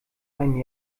einem